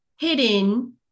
hidden